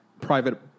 private